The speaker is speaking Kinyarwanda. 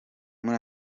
muri